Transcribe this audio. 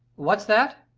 what's that?